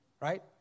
Right